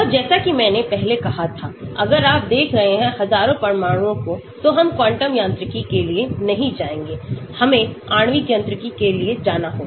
तो जैसा कि मैंने पहले कहा था अगर आप देख रहे हैं हजारों परमाणुओं को तो हम क्वांटम यांत्रिकी के लिए नहीं जाएंगे हमें आणविक यांत्रिकी के लिए जाना होगा